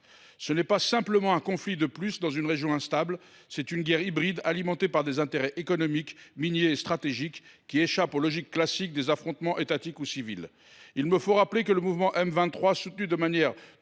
ne s’agit pas simplement d’un conflit de plus dans une région instable ; il s’agit d’une guerre hybride, alimentée par des intérêts économiques, miniers et stratégiques, qui échappe aux logiques classiques des affrontements étatiques ou civils. Il me faut rappeler que le Mouvement du 23 mars (M23), soutenu de manière